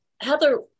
Heather